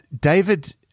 David